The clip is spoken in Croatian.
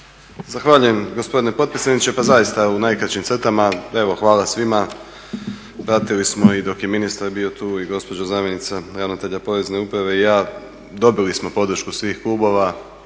Zahvaljujem gospodine potpredsjedniče. Pa zaista u najkraćim crtama. Evo hvala svima. Pratili smo dok je bio ministar tu i gospođa zamjenica ravnatelja Porezne uprave i ja. Dobili smo podršku svih klubova